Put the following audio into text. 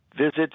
visits